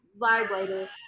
vibrator